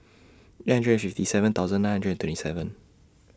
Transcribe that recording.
eight hundred fifty seven thousand nine hundred and twenty seven